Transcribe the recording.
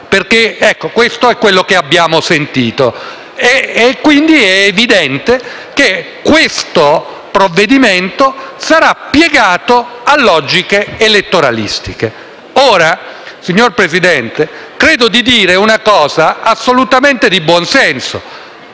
perché questo è quanto abbiamo sentito ed è quindi evidente che questo provvedimento sarà piegato a logiche elettoralistiche. Ora, signor Presidente, credo di dire una cosa di assoluto buonsenso